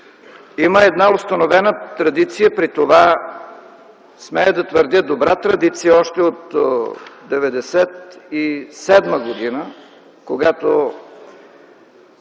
Има една установена традиция, при това смея да твърдя добра традиция, още от 1997 г., когато